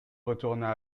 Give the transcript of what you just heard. retourna